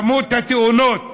מספר התאונות.